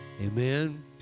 amen